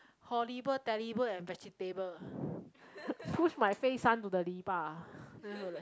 horrible terrible and vegetable ah push my face son to the